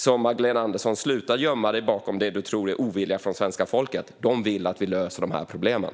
Sluta alltså gömma dig, Magdalena Andersson, bakom det du tror är ovilja från svenska folket! De vill att vi löser de här problemen.